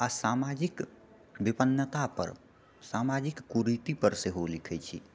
आ सामाजिक विपन्नता पर सामाजिक कुरीति पर सेहो लिखैत छी